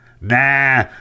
nah